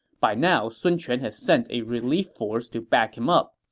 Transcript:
by now, sun quan had sent a relief force to back him up.